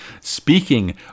speaking